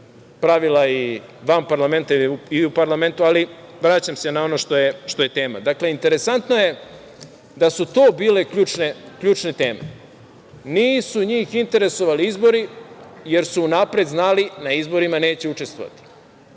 pravila i van parlamenta i u parlamentu, ali vraćam se na ono što je tema. Dakle, interesantno je da su to bile ključne teme. Nisu njih interesovali izbori, jer su unapred znali, na izborima neće učestvovati.